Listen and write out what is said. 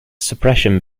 suppression